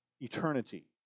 eternity